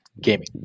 gaming